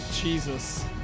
Jesus